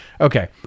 Okay